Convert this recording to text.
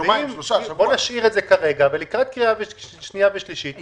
בואו נשאיר את זה בחוק ולקראת קריאה שנייה ושלישית נחזור לזה.